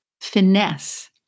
finesse